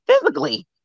physically